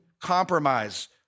compromise